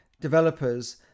developers